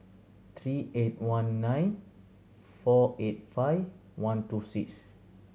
three eight one nine four eight five one two six